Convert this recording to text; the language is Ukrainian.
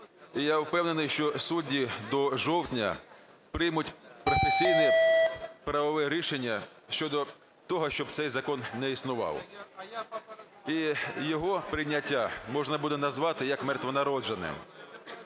і я впевнений, що судді до жовтня приймуть професійне правове рішення щодо того, щоб цей закон не існував. І його прийняття можна буде назвати, як мертвонародженим.